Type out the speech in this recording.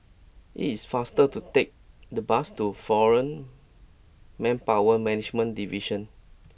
it is faster to take the bus to Foreign Manpower Management Division